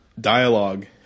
dialogue